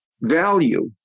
value